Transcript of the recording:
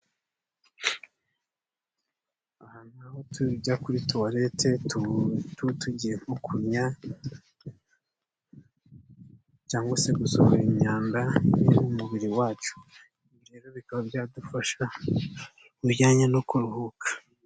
Aha naho tujya kuri tuwalete tugiye nko kunnya cyangwa se gusohora imyanda iri mu mubiri wacu. Ibi rero bikaba byadufasha ku bijyanye no kuruhuka.